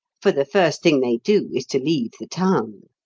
for the first thing they do is to leave the town.